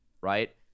Right